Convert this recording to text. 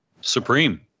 Supreme